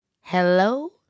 Hello